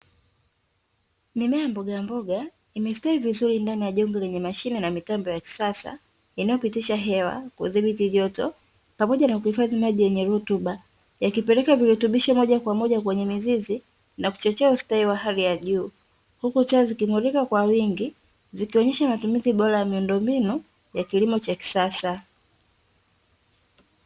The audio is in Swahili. Mimea ya mbogamboga imestawi vizuri ndani ya jengo lenye mashine na mitambo ya kisasa, inayopitisha hewa kudhibiti joto pamoja na kuhifadhi maji yenye rutuba, yakipeleka virutubisho moja kwa moja kwenye mizizi na kuchochea ustawi wa hali ya juu, huku taa zikimulika kwa wingi zikionyesha matumizi bora ya miundo mbinu ya kilimo cha kisasa.